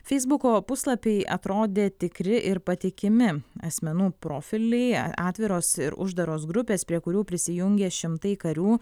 feisbuko puslapiai atrodė tikri ir patikimi asmenų profiliai atviros ir uždaros grupės prie kurių prisijungė šimtai karių